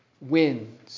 wins